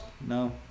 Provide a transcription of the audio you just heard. No